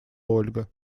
ольга